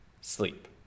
sleep